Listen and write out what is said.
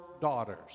daughters